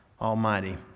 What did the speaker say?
Almighty